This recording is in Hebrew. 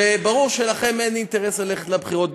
וברור שלכם אין אינטרס ללכת לבחירות,